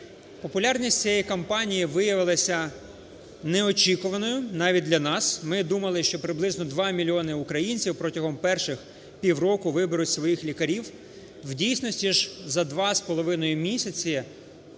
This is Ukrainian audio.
Популярність цієї кампанії виявилася неочікуваною, навіть для нас. Ми думали, що приблизно 2 мільйони українців протягом перших півроку виберуть своїх лікарів. У дійсності ж за 2,5 місяці